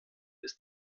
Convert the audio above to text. ist